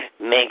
Make